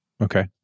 Okay